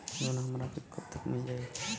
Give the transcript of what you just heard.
Loan हमरा के कब तक मिल जाई?